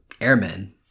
airmen